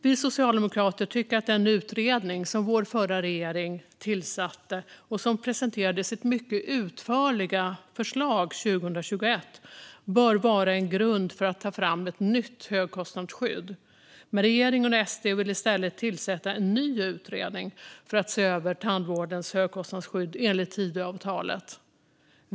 Vi socialdemokrater tycker att den utredning som vår förra regering tillsatte och som presenterade sitt mycket utförliga förslag 2021 bör vara en grund för att ta fram ett nytt högkostnadsskydd. Men regeringen och SD vill i stället tillsätta en ny utredning för att se över tandvårdens högkostnadsskydd, enligt Tidöavtalet.